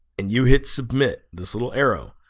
and you hit submit this little arrow.